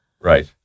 Right